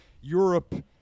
Europe